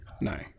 no